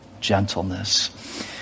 gentleness